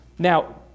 Now